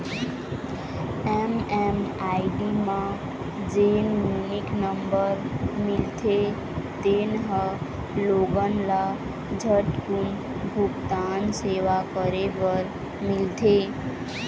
MMID म जेन unique number मिलथे तेन ह लोगन ल झटकून भूगतान सेवा करे बर मिलथे